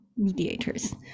mediators